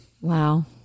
Wow